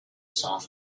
song